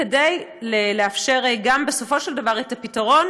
כדי לאפשר בסופו של דבר את הפתרון